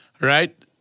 right